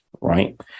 right